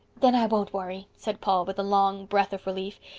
then i won't worry, said paul, with a long breath of relief,